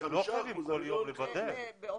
בטלפון?